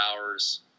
hours